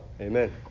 Amen